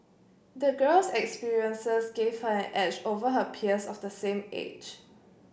the girl's experiences gave her an edge over her peers of the same age